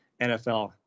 NFL